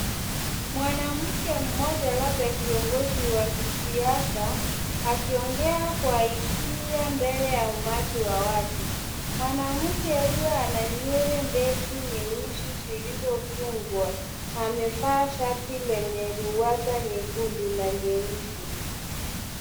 Mwanamke mmoja labda kiongozi wa kisiasa akiongea kwa hisia mbele ya umati wa watu. Mwanamke huyo ana nywele ndefu nyeusi zilizofungwa na amevaa shati lenye ruwaza nyekundu na nyeusi.